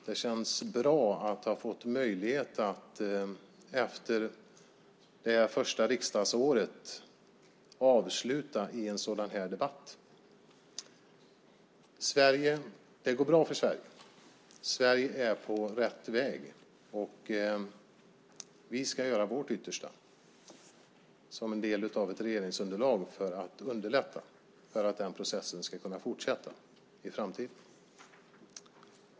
Det känns bra att ha fått möjlighet att efter det första riksdagsåret avsluta i en sådan här debatt. Det går bra för Sverige. Sverige är på rätt väg. Vi ska göra vårt yttersta som en del av ett regeringsunderlag för att underlätta för att den processen ska kunna fortsätta i framtiden.